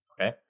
Okay